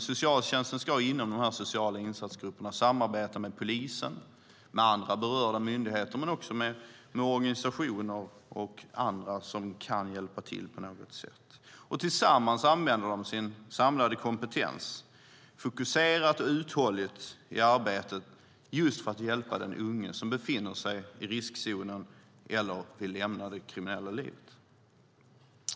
Socialtjänsten ska inom de sociala insatsgrupperna samarbeta med polisen, andra berörda myndigheter och också organisationer och andra som kan hjälpa till nå något sätt. Tillsammans använder de sin samlade kompetens fokuserat och uthålligt i arbetet för att hjälpa den unge som befinner sig i riskzonen eller vill lämna det kriminella livet.